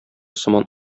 сыман